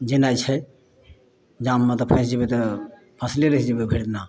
जेनाइ छै जाममे तऽ फँसि जेबै तऽ फँसले रहि जेबै भरि दिना